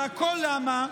וכל זה למה?